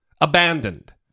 abandoned